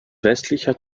westlicher